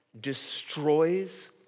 destroys